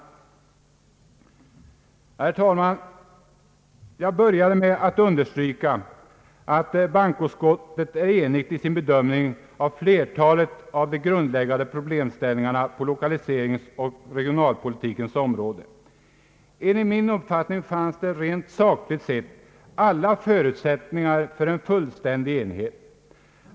Herr talman! Jag började med att understryka att bankoutskottet är enigt i sin bedömning av flertalet av de grundläggande problemställningarna på lokaliseringsoch regionalpolitikens områden. Enligt min uppfattning fanns det rent sakligt sett alla förutsättningar för en fullständig enighet.